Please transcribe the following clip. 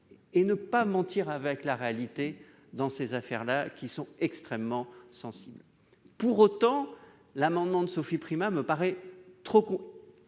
et ne pas mentir avec la réalité dans ces affaires extrêmement sensibles. Cela étant, l'amendement de Sophie Primas me paraît trop